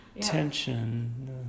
tension